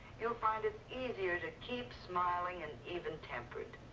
you'll find it easier to keep smiling and even tempered.